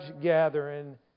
gathering